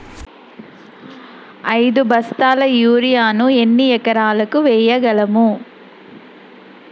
ఐదు బస్తాల యూరియా ను ఎన్ని ఎకరాలకు వేయగలము?